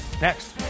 next